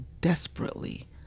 desperately